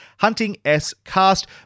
huntingscast